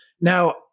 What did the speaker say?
Now